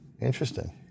Interesting